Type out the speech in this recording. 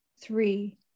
three